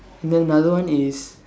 and then another one is